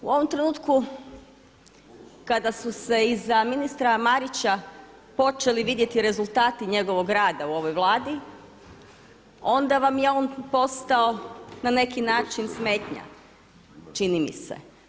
U ovom trenutku kada su se iza ministra Marića počeli vidjeti rezultati njegovog rada u ovoj Vladi onda vam je on postao na neki način smetnja, čini mi se.